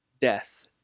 death